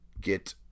get